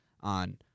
on